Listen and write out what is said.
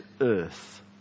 earth